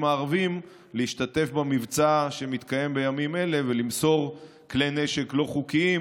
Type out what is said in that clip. הערביים להשתתף במבצע שמתקיים בימים אלה ולמסור כלי נשק לא חוקיים,